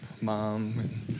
mom